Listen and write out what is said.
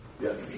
Yes